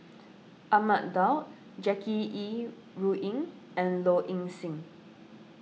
Ahmad Daud Jackie Yi Ru Ying and Low Ing Sing